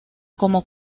como